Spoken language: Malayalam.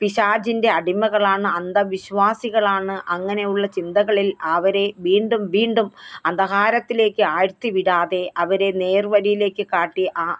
പിശാചിന്റെ അടിമകളാണ് അന്ധവിശ്വാസികളാണ് അങ്ങനെ ഉള്ള ചിന്തകളില് ആവരെ വീണ്ടും വീണ്ടും അന്ധകാരത്തിലേക്ക് ആഴ്ത്തി വിടാതെ അവരെ നേര്വഴിയിലേക്ക് കാട്ടി ആ